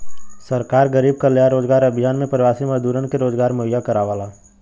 सरकार गरीब कल्याण रोजगार अभियान में प्रवासी मजदूरन के रोजगार मुहैया करावला